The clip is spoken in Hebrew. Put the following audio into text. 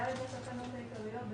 17(ד) לתקנות העיקריות,